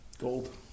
Gold